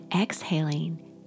exhaling